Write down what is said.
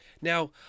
Now